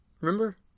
Remember